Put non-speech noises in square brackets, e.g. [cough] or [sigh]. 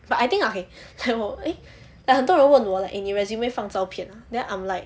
but I think okay [laughs] like 我 eh ya 很多人问我 like 你 resume 放照片啊 then I'm like